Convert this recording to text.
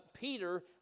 Peter